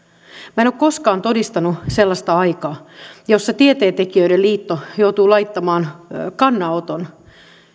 minä en ole koskaan todistanut sellaista aikaa jossa tieteentekijöiden liitto joutuu laittamaan kannanoton